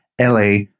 LA